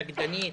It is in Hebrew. שקדנית,